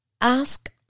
Ask